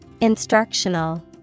Instructional